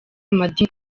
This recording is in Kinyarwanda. amadini